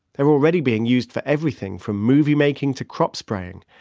they're already being used for everything from movie making to crop-spraying.